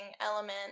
element